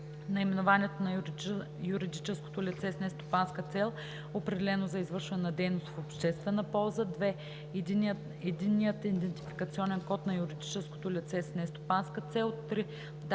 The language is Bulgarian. наименованието на юридическото лице с нестопанска цел, определено за извършване на дейност в обществена полза; 2. единният идентификационен код на юридическото лице с нестопанска цел; 3.